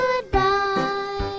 Goodbye